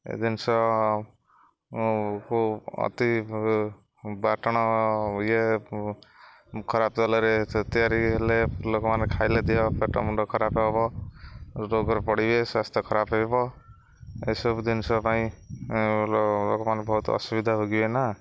ଏ ଜିନିଷକୁ ଅତି ବାଟଣ ଇଏ ଖରାପ ତେଲରେ ତିଆରି ହେଲେ ଲୋକମାନେ ଖାଇଲେ ଦେହ ପେଟ ମୁଣ୍ଡ ଖରାପ ହେବ ରୋଗର ପଡ଼ିବେ ସ୍ୱାସ୍ଥ୍ୟ ଖରାପ ହେବ ଏସବୁ ଜିନିଷ ପାଇଁ ଲୋକମାନେ ବହୁତ ଅସୁବିଧା ଭୋଗିବେ ନା